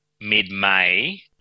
mid-May